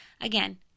Again